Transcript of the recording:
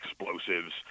explosives